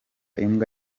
imbwa